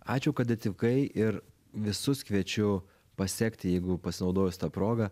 ačiū kad atvykai ir visus kviečiu pasekti jeigu pasinaudojus ta proga